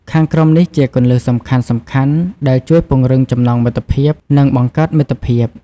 ខាងក្រោមនេះជាគន្លឹះសំខាន់ៗដែលជួយពង្រឹងចំណងមិត្តភាព និងបង្កើតមិត្តភាព៖